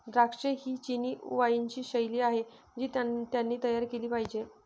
द्राक्षे ही चिनी वाइनची शैली आहे जी त्यांनी तयार केली पाहिजे